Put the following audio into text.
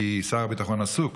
כי שר הביטחון עסוק.